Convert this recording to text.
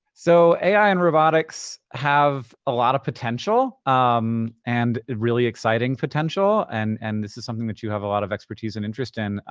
so, ai and robotics have a lot of potential um and really exciting potential. and and this is something that you have a lot of expertise and interest in.